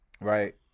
Right